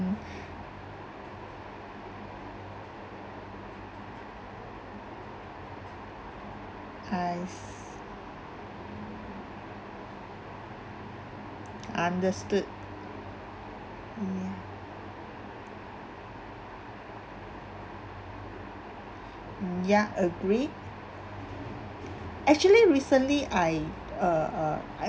I see understood yeah ya agree actually recently I uh uh